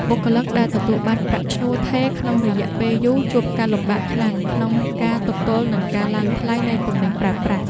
បុគ្គលិកដែលទទួលបានប្រាក់ឈ្នួលថេរក្នុងរយៈពេលយូរជួបការលំបាកខ្លាំងក្នុងការទប់ទល់នឹងការឡើងថ្លៃនៃទំនិញប្រើប្រាស់។